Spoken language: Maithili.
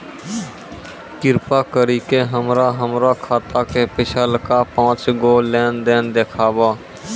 कृपा करि के हमरा हमरो खाता के पिछलका पांच गो लेन देन देखाबो